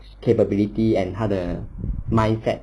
capability and 他的 mindset